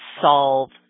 solve